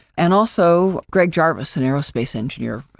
and also greg jarvis, an aerospace engineer,